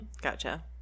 Gotcha